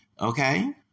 Okay